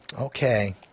Okay